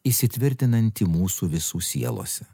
įsitvirtinantį mūsų visų sielose